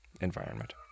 environment